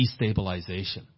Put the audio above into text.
destabilization